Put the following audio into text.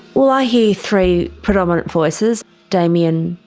well, i hear three predominant voices damien,